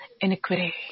iniquity